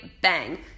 bang